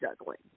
juggling